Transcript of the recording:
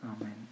Amen